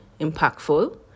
impactful